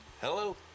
Hello